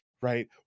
right